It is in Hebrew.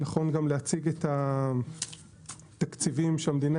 אני יכול להציג את התקציבים שהמדינה